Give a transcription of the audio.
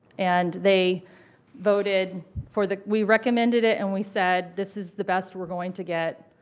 and they voted for the we recommended it and we said this is the best we're going to get,